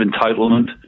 entitlement